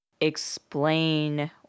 explain